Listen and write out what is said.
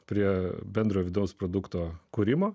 prie bendro vidaus produkto kūrimo